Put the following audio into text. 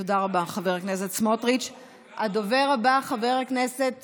תודה רבה, חבר הכנסת